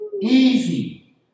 easy